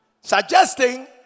Suggesting